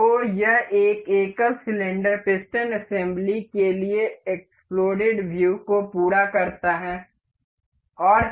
तो यह इस एकल सिलेंडर पिस्टन असेम्ब्ली के लिए एक्स्प्लोडेड व्यू को पूरा करता है